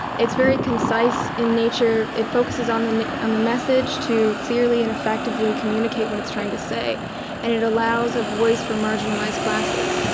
it's very concise in nature. it focuses on and on the message to clearly and effectively communicate what's it's trying to say and it allows a voice for marginalized classes.